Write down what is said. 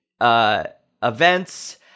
events